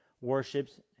worships